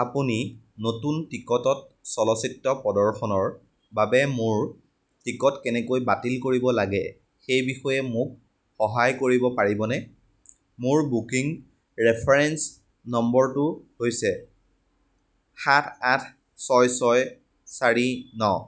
আপুনি নতুন টিকটত চলচ্চিত্ৰ প্ৰদৰ্শনৰ বাবে মোৰ টিকট কেনেকৈ বাতিল কৰিব লাগে সেই বিষয়ে মোক সহায় কৰিব পাৰিবনে মোৰ বুকিং ৰেফাৰেন্স নম্বৰটো হৈছে সাত আঠ ছয় ছয় চাৰি ন